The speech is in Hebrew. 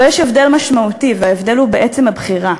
אבל יש הבדל משמעותי, וההבדל הוא בעצם הבחירה,